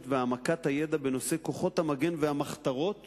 ולהעמקת המורשת בנושא כוחות המגן והמחתרות